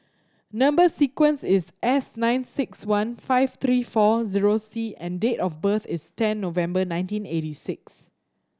number sequence is S nine six one five three four zero C and date of birth is ten November nineteen eighty six